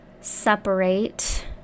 separate